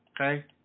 Okay